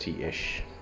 ish